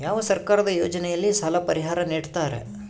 ಯಾವ ಸರ್ಕಾರದ ಯೋಜನೆಯಲ್ಲಿ ಸಾಲ ಪರಿಹಾರ ನೇಡುತ್ತಾರೆ?